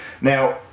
Now